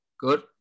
Good